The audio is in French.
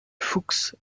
fuchs